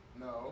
No